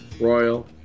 Royal